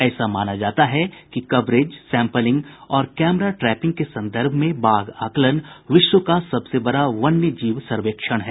ऐसा माना जाता है कि कवरेज सैम्पलिंग और कैमरा ट्रैपिंग के संदर्भ में बाघ आकलन विश्व का सबसे बड़ा वन्य जीव सर्वेक्षण हैं